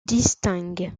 distingue